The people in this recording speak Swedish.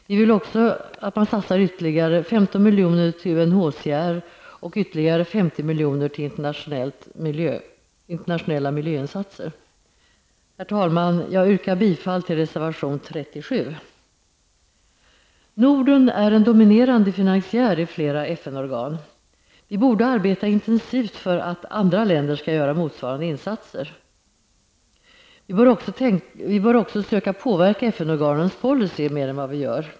Vi vill också att man satsar ytterligare 15 milj.kr. till UNCHR och ytterligare 50 milj.kr. till internationella miljöinsatser. Herr talman! Jag yrkar bifall till reservation 37. Norden är en dominerande finansiär i flera FN organ. Vi borde arbeta intensivt för att andra länder skall göra motsvarande insatser. Vi bör också söka påverka FN-organens policy mer än vad vi gör.